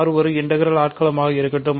R ஒரு integral ஆட்களமாக இருக்கட்டும்